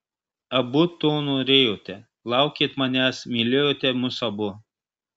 abu to norėjote laukėt manęs mylėjote mus abu